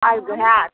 अर्घ्य होयत